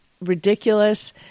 ridiculous